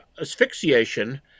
asphyxiation